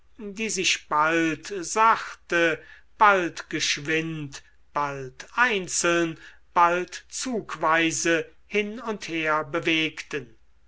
die sich bald sachte bald geschwind bald einzeln bald zugweise hin und her bewegten